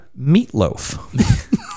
Meatloaf